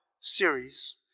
series